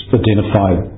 identified